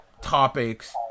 topics